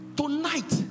tonight